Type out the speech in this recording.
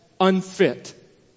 unfit